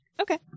Okay